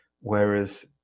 whereas